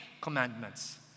commandments